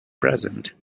present